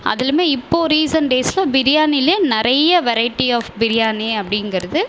அதுலையுமே இப்போ ரீசண்ட் டேஸில் பிரியாணிலே நிறைய வெரைட்டி ஆஃப் பிரியாணி அப்படிங்கிறது